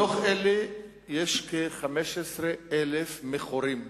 מתוך אלה יש כ-15,000 מכורים,